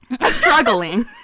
Struggling